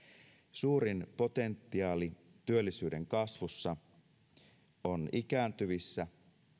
suurin potentiaali työllisyyden kasvussa on ikääntyvissä